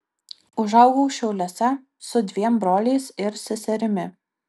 užaugau šiauliuose su dviem broliais ir seserimi